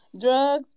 Drugs